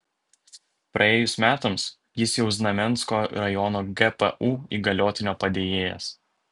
praėjus metams jis jau znamensko rajono gpu įgaliotinio padėjėjas